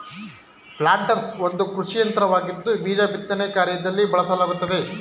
planters ಒಂದು ಕೃಷಿಯಂತ್ರವಾಗಿದ್ದು ಬೀಜ ಬಿತ್ತನೆ ಕಾರ್ಯದಲ್ಲಿ ಬಳಸಲಾಗುತ್ತದೆ